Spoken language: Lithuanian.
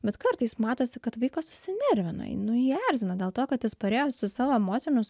bet kartais matosi kad vaikas susinervina nu jį erzina dėl to kad jis parėjo su savo emocijomis